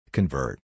Convert